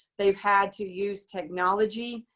they've had to use technology.